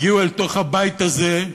הגיעו לתוך הבית הזה,